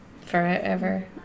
forever